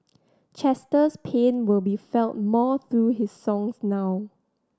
Chester's pain will be felt more through his songs now